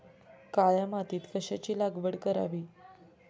काळ्या मातीत कशाची लागवड करावी?